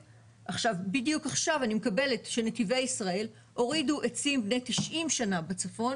בדיוק עכשיו אני מקבלת שנתיבי ישראל הורידו עצים בני 90 שנה בצפון